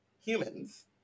humans